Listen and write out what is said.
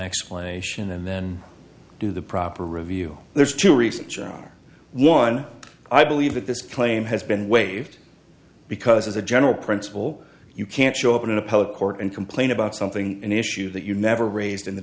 explanation and then do the proper review there's two reasons one i believe that this claim has been waived because as a general principle you can't show up in an appellate court and complain about something an issue that you never raised in the